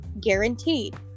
guaranteed